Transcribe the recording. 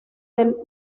del